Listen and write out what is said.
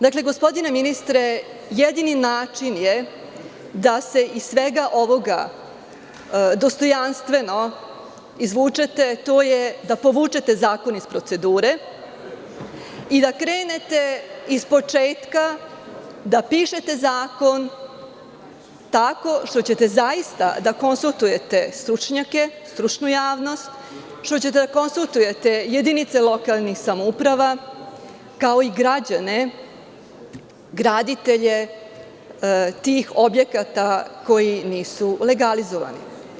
Dakle, gospodine ministre, jedini način da se iz svega ovoga dostojanstveno izvučete jeste da povučete zakon iz procedure i da krenete iz početka da pišete zakon tako što ćete zaista da konstatujete stručnjake, stručnu javnost, jedinice lokalnih samouprava, kao i građane, graditelje tih objekata koji nisu legalizovani.